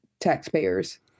taxpayers